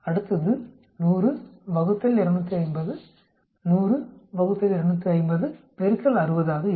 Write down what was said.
அடுத்தது 100 ÷ 250 100 ÷ 250 60 ஆக இருக்கும்